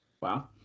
Wow